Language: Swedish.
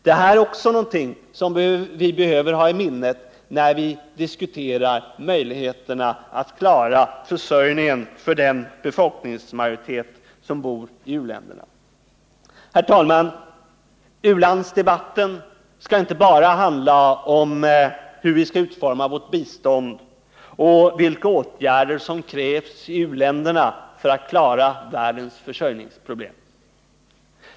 Det här är någonting som vi bör ha i minnet när vi diskuterar möjligheterna att klara försörjningen för den befolkningsmajoritet som bor i u-länderna. Herr talman! U-landsdebatten får inte bara handla om hur vi skall utforma vårt bistånd och om vilka åtgärder som krävs i u-länderna för att världens försörjningsproblem skall kunna klaras.